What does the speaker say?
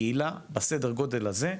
קהילה בסדר הגדול הזה,